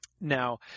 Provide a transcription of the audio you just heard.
Now